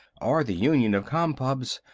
or the union of compubs,